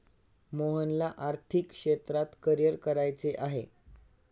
मोहनला आर्थिक क्षेत्रात करिअर करायचे आहे